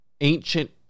ancient